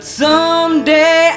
someday